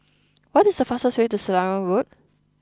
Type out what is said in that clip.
what is the fastest way to Selarang Road